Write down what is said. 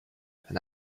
and